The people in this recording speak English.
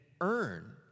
earn